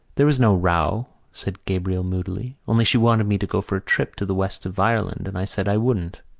there was no row, said gabriel moodily, only she wanted me to go for a trip to the west of ireland and i said i wouldn't.